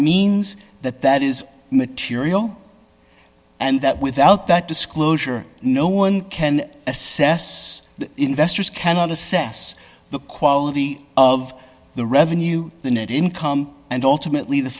means that that is material and that without that disclosure no one can assess the investors cannot assess the quality of the revenue the net income and ultimately the